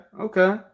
okay